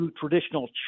traditional